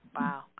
Wow